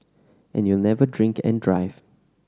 and you'll never drink and drive